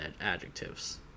adjectives